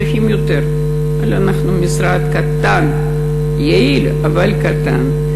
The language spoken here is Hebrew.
צריכים יותר, אבל אנחנו משרד קטן, יעיל, אבל קטן.